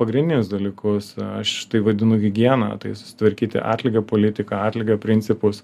pagrindinius dalykus aš tai vadinu higiena tai susitvarkyti atlygio politiką atlygio principus